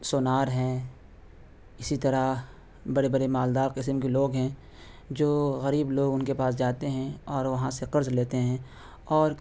sonar ہیں اسی طرح برے برے مالدار قسم کے لوگ ہیں جو غریب لوگ ان کے پاس جاتے ہیں اور وہاں سے قرض لیتے ہیں اور